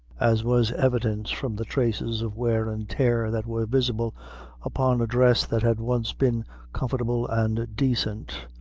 as was evident from the traces of wear and tear that were visible upon a dress that had once been comfortable and decent,